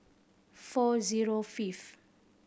four zero fifth